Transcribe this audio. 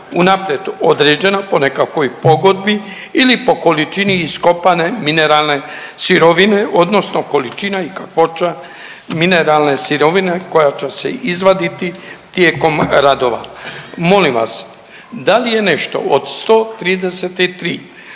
unaprijed određena po nekakvoj pogodbi ili po količini iskopane mineralne sirovine odnosno količina i kakvoća mineralne sirovine koja će se izvaditi tijekom radova? Molim vas dal je nešto od 133